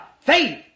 faith